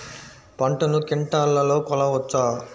పంటను క్వింటాల్లలో కొలవచ్చా?